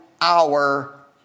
hour